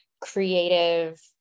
creative